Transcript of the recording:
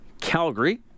Calgary